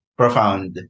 profound